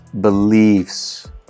beliefs